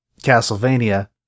Castlevania